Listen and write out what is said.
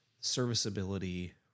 serviceability